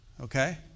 Okay